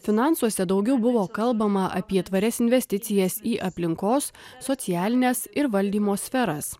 finansuose daugiau buvo kalbama apie tvarias investicijas į aplinkos socialines ir valdymo sferas